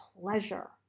pleasure